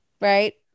Right